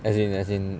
as in as in